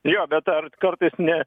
jo bet ar kartais ne